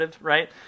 right